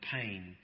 pain